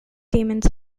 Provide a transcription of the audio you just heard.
demons